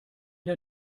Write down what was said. der